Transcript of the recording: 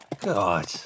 God